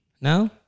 No